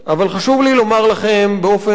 אבל חשוב לי לומר לכם באופן ברור,